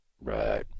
Right